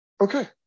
Okay